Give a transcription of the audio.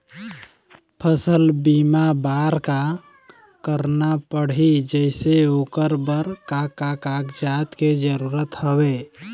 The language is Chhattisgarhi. फसल बीमा बार का करना पड़ही जैसे ओकर बर का का कागजात के जरूरत हवे?